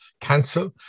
cancel